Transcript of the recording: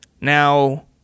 Now